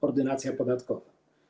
Ordynacja podatkowa.